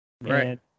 Right